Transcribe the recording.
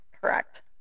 correct